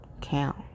count